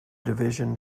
division